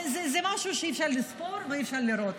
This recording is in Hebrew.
זה משהו שאי-אפשר לספור ואי-אפשר לראות.